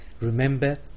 remember